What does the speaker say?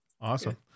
Awesome